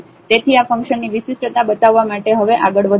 તેથી આ ફંકશનની વિશિષ્ટતા બતાવવા માટે હવે આગળ વધવું